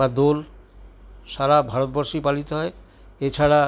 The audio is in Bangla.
বা দোল সারা ভারতবর্ষেই পালিত হয় এছাড়া